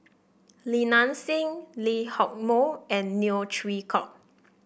Li Nanxing Lee Hock Moh and Neo Chwee Kok